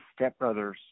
stepbrothers